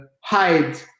hide